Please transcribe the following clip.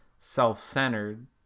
self-centered